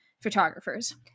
photographers